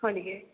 হয় নেকি